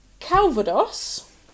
calvados